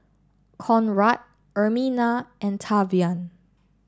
Conrad Ermina and Tavian